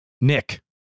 Nick